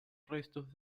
restos